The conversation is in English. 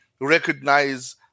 recognize